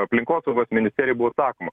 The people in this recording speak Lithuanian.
aplinkosaugos ministerijai buvo sakoma